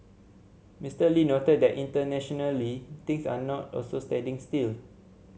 Mister Lee noted that internationally things are not also standing still